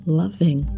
loving